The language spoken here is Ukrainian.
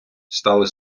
стали